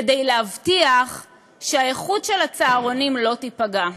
כדי להבטיח שהאיכות של הצהרונים לא תיפגע.